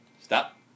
Stop